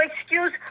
excuse